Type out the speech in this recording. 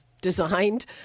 designed